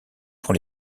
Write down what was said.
pour